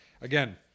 again